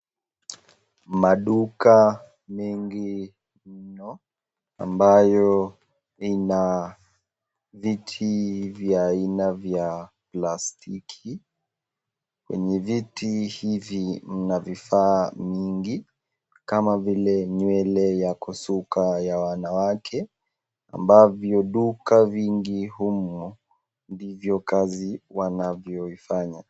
Maduka mingi mno ambayo ina viti vya aina vya plastiki. Kwenye viti hivi mna vifaa mingi, kama vile nywele ya kusuka ya wanawake, ambavyo duka vingi humu ndivyo kazi wanavyoifanya.